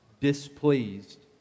displeased